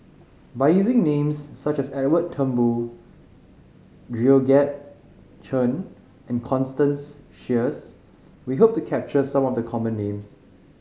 by using names such as Edwin Thumboo Georgette Chen and Constance Sheares we hope to capture some of the common names